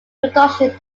production